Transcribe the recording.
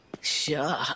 Sure